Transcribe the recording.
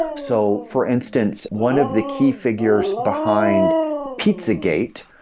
so for instance, one of the key figures behind pizzagate,